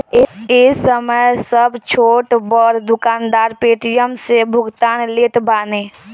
ए समय सब छोट बड़ दुकानदार पेटीएम से भुगतान लेत बाने